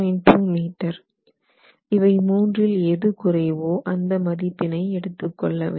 2 metre இவை மூன்றில் எது குறைவோ அந்த மதிப்பினை எடுத்துக்கொள்ளவேண்டும்